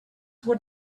what